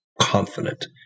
confident